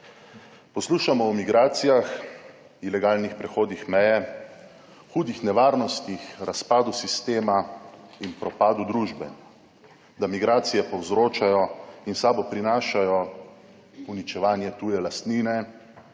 Poslušamo o migracijah, ilegalnih prehodih meje, hudih nevarnostih, razpadu sistema in propadu družbe, da migracije povzročajo in s sabo prinašajo uničevanje tuje lastnine,